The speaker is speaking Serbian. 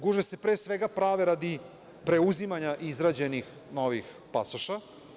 Gužve se pre svega prave radi preuzimanja izrađenih novih pasoša.